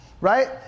Right